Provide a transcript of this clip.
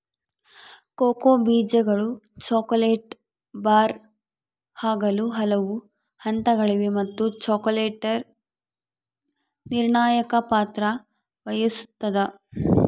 cocoa ಬೀಜಗಳು chocolate bar ಆಗಲು ಹಲವು ಹಂತಗಳಿವೆ ಮತ್ತು ಚಾಕೊಲೇಟರ್ ನಿರ್ಣಾಯಕ ಪಾತ್ರ ವಹಿಸುತ್ತದ